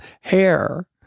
Hair